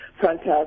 fantastic